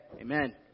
amen